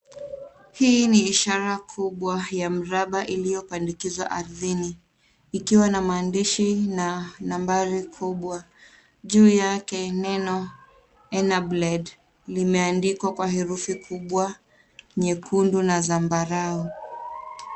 Hii ni ishara kubwa ya mraba iliyopandikizwa ardhini ikiwa na maandishi na nambari kubwa. Juu yake neno ENABLED limeandikwa kwa herufi kubwa nyekundu na za mbarau.